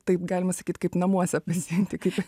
taip galima sakyt kaip namuose pasijunti kaip